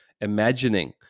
imagining